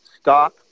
stop